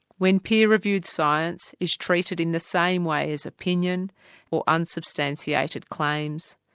when peer-reviewed science is treated in the same way as opinion or unsubstantiated claims,